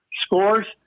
Scores